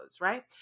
right